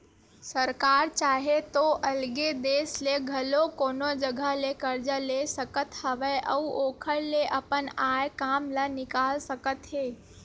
सरकार चाहे तो अलगे देस ले घलो कोनो जघा ले करजा ले सकत हवय अउ ओखर ले अपन आय काम ल निकाल सकत हे